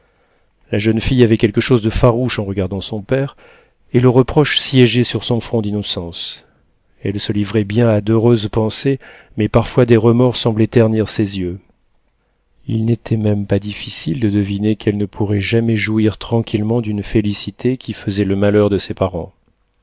la jeune fille avait quelque chose de farouche en regardant son père et le reproche siégeait sur son front d'innocence elle se livrait bien à d'heureuses pensées mais parfois des remords semblaient ternir ses yeux il n'était même pas difficile de deviner qu'elle ne pourrait jamais jouir tranquillement d'une félicité qui faisait le malheur de ses parents